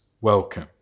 welcome